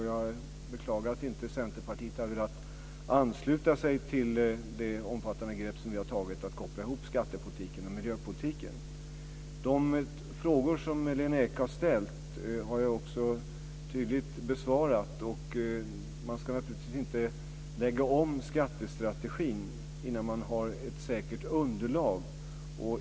Jag beklagar att inte Centerpartiet har velat ansluta sig till det omfattande grepp som vi har tagit att koppla ihop skattepolitiken och miljöpolitiken. De frågor som Lena Ek har ställt har jag också tydligt besvarat. Man ska naturligtvis inte lägga om skattestrategin innan man har ett säkert underlag.